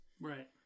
Right